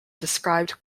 described